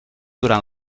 durant